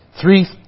three